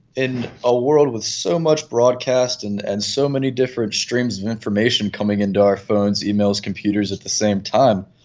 in a world with so much broadcast and and so many different streams of information coming into our phones, emails, computers at the same time,